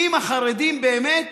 אם החרדים באמת